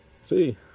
See